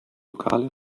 lokale